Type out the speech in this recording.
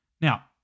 Now